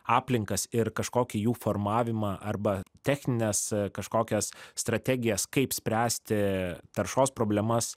aplinkas ir kažkokį jų formavimą arba technines kažkokias strategijas kaip spręsti taršos problemas